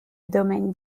domain